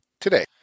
today